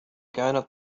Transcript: كانت